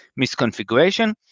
misconfiguration